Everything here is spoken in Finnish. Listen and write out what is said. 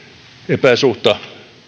epäsuhta